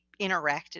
interacted